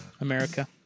America